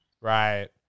Right